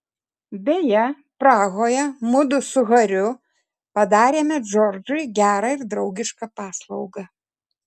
beje prahoje mudu su hariu padarėme džordžui gerą ir draugišką paslaugą